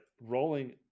rolling